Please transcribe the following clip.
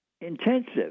intensive